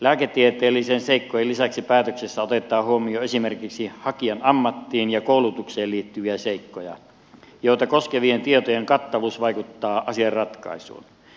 lääketieteellisten seikkojen lisäksi päätöksessä otetaan huomioon esimerkiksi hakijan ammattiin ja koulutukseen liittyviä seikkoja joita koskevien tietojen kattavuus vaikuttaa asian ratkaisuun